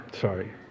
Sorry